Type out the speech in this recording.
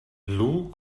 lou